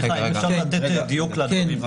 אם אפשר לתת דיוק לדברים.